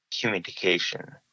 communication